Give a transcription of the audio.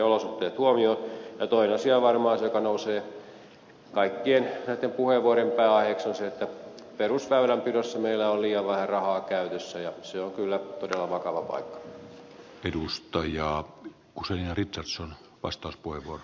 toinen asia on varmaan se joka nousee kaikkien näitten puheenvuorojen pääaiheeksi että perusväylänpidossa meillä on liian vähän rahaa käytössä ja se on kyllä sama talo oli edustajia usean todella vakava paikka